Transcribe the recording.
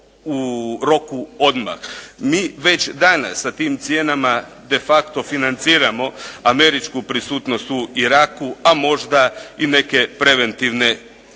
u roku odmah. Mi već danas sa tim cijenama de facto financiramo američku prisutnost u Iraku, a možda i neke preventivne udare.